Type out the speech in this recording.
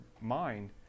mind